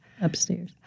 upstairs